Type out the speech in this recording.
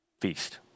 feast